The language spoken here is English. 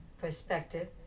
perspective